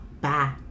Bye